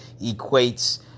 equates